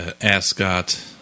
ascot